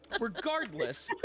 regardless